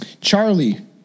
Charlie